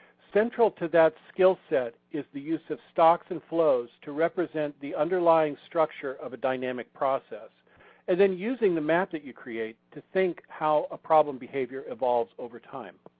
central to that skill set is the use of stocks and flows to represent the underlying structure of a dynamic process and then using the map that create to think how a problem behavior evolves over time.